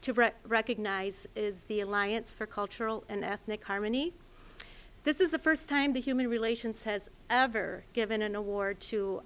to recognize is the alliance for cultural and ethnic harmony this is the first time the human relations has ever given an award to